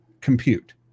compute